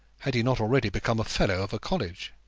had he not already become a fellow of a college.